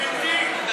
גברתי,